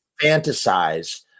fantasize